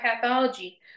pathology